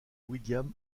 william